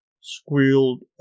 squealed